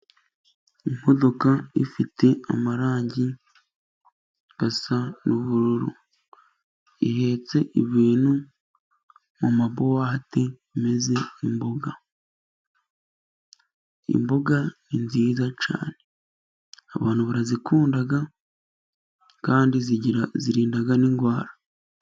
Imodoka ifite amarangi asa n'ubururu, ihetse ibintu mu ma buwate ameze nk'imboga, imboga ni nziza cyane abantu barazikunda kandi zirinda n'indwara.